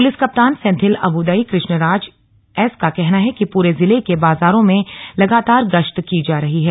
police कप्तान Senthil Abudai Krishnaraj S का कहना है कि पूरे जिले के बाजारों में लगातार गश्त की जा रही है